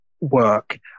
work